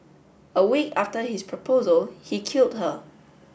a week after his proposal he killed her